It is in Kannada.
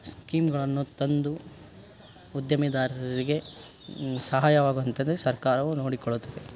ಸ್ಕೀಮ್ಗಳನ್ನು ತಂದು ಉದ್ದಿಮೆದಾರರಿಗೆ ಸಹಾಯವಾಗೋಂಥದ್ದೇ ಸರ್ಕಾರವು ನೋಡಿಕೊಳ್ಳುತ್ತದೆ